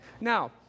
Now